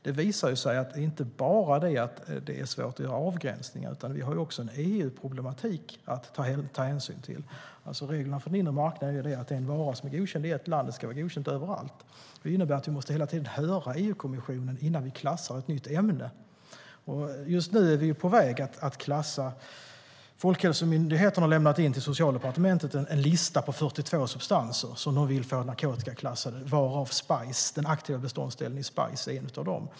Det visar sig att det inte bara är svårt att göra avgränsningar, utan vi har också en EU-problematik att ta hänsyn till. Reglerna för den inre marknaden är att en vara som är godkänd i ett visst land ska vara godkänd överallt. Det innebär att vi hela tiden måste höra EU-kommissionen innan vi klassar ett nytt ämne. Folkhälsomyndigheten har till Socialdepartementet lämnat en lista med 42 substanser som de vill få narkotikaklassade, varav den aktiva beståndsdelen i spice är en.